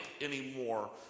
anymore